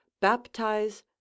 baptize